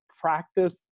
practice